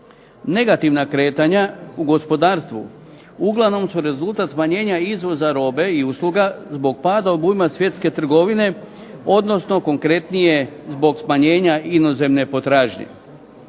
Negativna kretanja u gospodarstvu uglavnom su rezultat smanjenja izvoza robe i usluga zbog pada obujma svjetske trgovine, odnosno konkretnije zbog smanjenja inozemne potražnje.